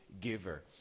giver